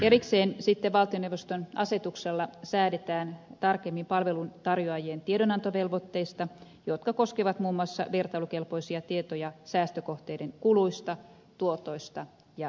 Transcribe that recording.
erikseen sitten valtioneuvoston asetuksella säädetään tarkemmin palveluntarjoajien tiedonantovelvoitteista jotka koskevat muun muassa vertailukelpoisia tietoja säästökohteiden kuluista tuotoista ja riskeistä